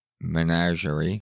Menagerie